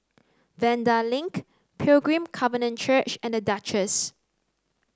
Vanda Link Pilgrim Covenant Church and The Duchess